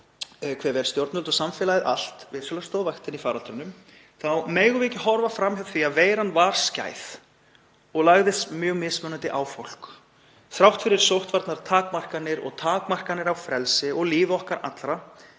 hve vel stjórnvöld og samfélagið allt vissulega stóð vaktina í faraldrinum þá megum við ekki horfa fram hjá því að veiran var skæð og lagðist mjög mismunandi á fólk. Þrátt fyrir sóttvarnatakmarkanir og takmarkanir á frelsi og líf okkar allra